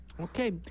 Okay